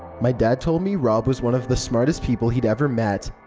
my dad told me rob was one of the smartest people he'd ever met.